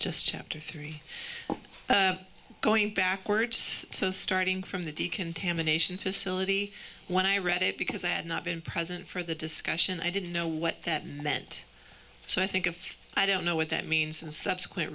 just chapter three going backwards so starting from the decontamination facility when i read it because i had not been present for the discussion i didn't know what that meant so i think if i don't know what that means and subsequent